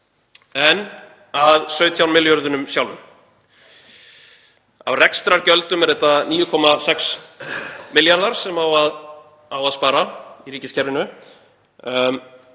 En að 17 milljörðunum sjálfum. Af rekstrargjöldum eru þetta 9,6 milljarðar á að spara í ríkiskerfinu